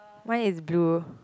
mine is blue